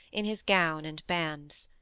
in his gown and bands.